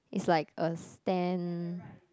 is like a stand